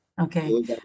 Okay